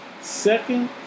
second